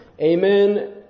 Amen